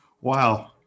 Wow